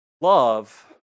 Love